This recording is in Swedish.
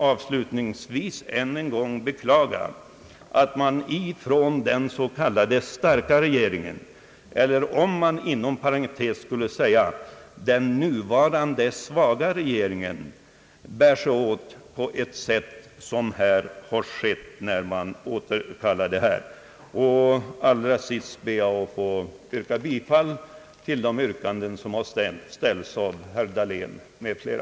Avslutningsvis ville jag ännu en gång beklaga att den s.k. starka regeringen — eller bör man kanske inom parentes säga den nuvarande svaga regeringen — bär sig åt på detta sätt. Allra sist ber jag få instämma i det yrkande som ställts av herr Dahlén m.fl.